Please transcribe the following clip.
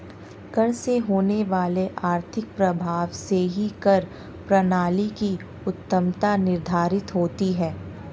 कर से होने वाले आर्थिक प्रभाव से ही कर प्रणाली की उत्तमत्ता निर्धारित होती है